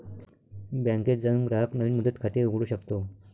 बँकेत जाऊन ग्राहक नवीन मुदत खाते उघडू शकतो